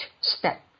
step